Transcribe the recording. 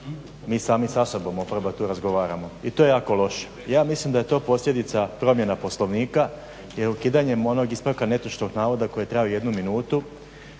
mi sami sa sobom oporba tu razgovaramo. I to je jako loše. Ja mislim daje to posljedica promjena poslovnika jer ukidanjem onog ispravka netočnog navoda koji je trajao 1 minutu